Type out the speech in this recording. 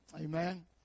amen